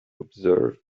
observe